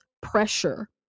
pressure